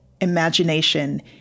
imagination